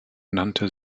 nannte